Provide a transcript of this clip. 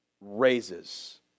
raises